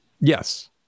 Yes